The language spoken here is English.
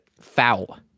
foul